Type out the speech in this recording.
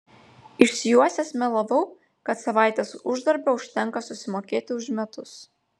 išsijuosęs melavau kad savaitės uždarbio užtenka susimokėti už metus